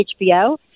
HBO